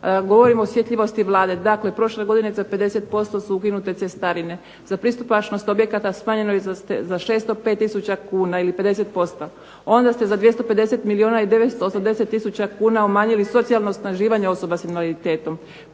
govorim o osjetljivosti Vlade da ako je prošle godine za 50% su ukinute cestarine za pristupačnost objekata smanjeno je za 605 tisuća kuna ili 50%, onda ste za 250 milijuna i 980 tisuća kuna umanjili socijalno osnaživanje osoba s invaliditetom,